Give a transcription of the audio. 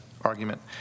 argument